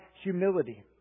humility